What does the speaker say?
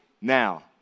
now